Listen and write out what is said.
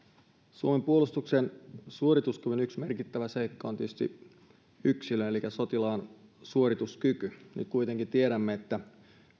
suomen puolustuksen suorituskyvyn yksi merkittävä seikka on tietysti yksilön elikkä sotilaan suorituskyky ja kuitenkin tiedämme että